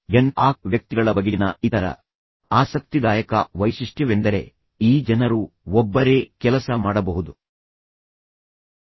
N ach ಗುಣಲಕ್ಷಣವನ್ನು ಹೊಂದಿರುವ ವ್ಯಕ್ತಿಗಳ ಬಗೆಗಿನ ಇತರ ಆಸಕ್ತಿದಾಯಕ ವೈಶಿಷ್ಟ್ಯವೆಂದರೆ ವಾಸ್ತವವಾಗಿ ತಮ್ಮನ್ನು ತಾವು ಸ್ವಯಂ ಸಾಕಾರಗೊಳಿಸಿದ ವ್ಯಕ್ತಿಗಳಿಗೆ ಹೋಲುತ್ತದೆ ಈ ಜನರು ಒಬ್ಬರೇ ಕೆಲಸ ಮಾಡಬಹುದು